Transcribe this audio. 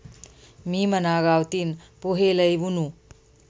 मी मना गावतीन पोहे लई वुनू